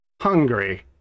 hungry